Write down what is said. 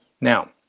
Now